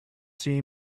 see